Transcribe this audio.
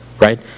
Right